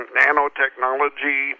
nanotechnology